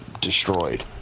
destroyed